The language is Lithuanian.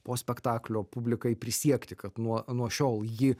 po spektaklio publikai prisiekti kad nuo nuo šiol ji